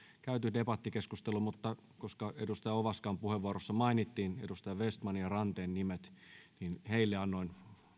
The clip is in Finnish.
käyty debattikeskustelu koska edustaja ovaskan puheenvuorossa mainittiin edustaja vestmanin ja ranteen nimet niin heille annoin